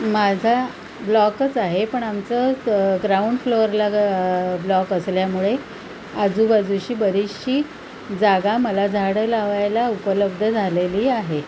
माझा ब्लॉकच आहे पण आमचं ग्राऊंड फ्लोअरला ब्लॉक असल्यामुळे आजूबाजूची बरीचशी जागा मला झाडं लावायला उपलब्ध झालेली आहे